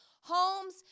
Homes